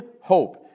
hope